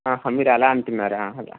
ఆహా మీఋ అలా అంటున్నారా